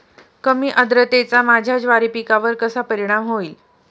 कमी आर्द्रतेचा माझ्या ज्वारी पिकावर कसा परिणाम होईल?